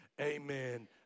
amen